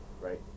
Right